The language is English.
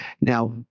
Now